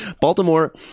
Baltimore